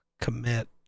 commit